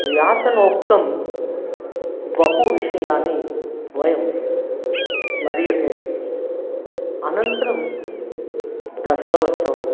व्यासोक्तं बहु विषयानि वयं स्मर्यते अनन्तरं दसरोस्सवं